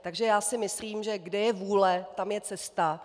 Takže já si myslím, že kde je vůle, tam je cesta.